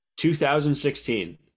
2016